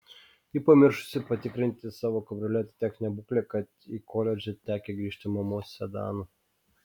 ji pamiršusi patikrinti savo kabrioleto techninę būklę tad į koledžą tekę grįžti mamos sedanu